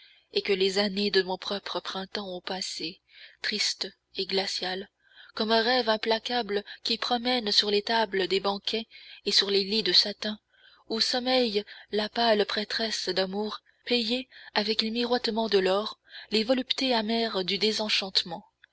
et que les années de mon propre printemps ont passé tristes et glaciales comme un rêve implacable qui promène sur les tables des banquets et sur les lits de satin où sommeille la pâle prêtresse d'amour payée avec les miroitements de l'or les voluptés amères du désenchantement